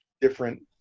different